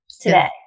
Today